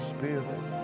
Spirit